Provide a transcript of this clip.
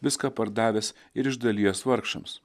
viską pardavęs ir išdalijęs vargšams